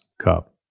Cup